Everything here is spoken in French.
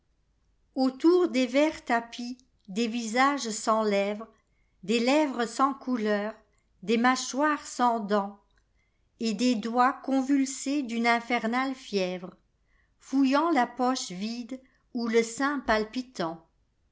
autour des verts tapis des visages sans lèvre des lèvres sans couleur des mâchoires sans dent et des doigts convulsés d'une infernale fièvre fouillant la poche vide ou le sein palpitant